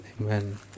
Amen